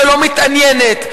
שלא מתעניינת,